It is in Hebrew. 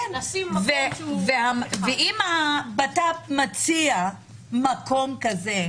כן, ואם המשרד לביטחון פנים מציע מקום כזה,